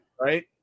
right